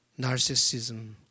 narcissism